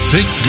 Take